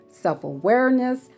Self-awareness